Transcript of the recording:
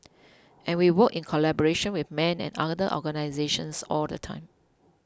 and we work in collaboration with men and other organisations all the time